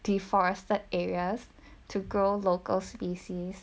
the forested areas to grow local species